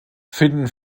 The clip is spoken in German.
finden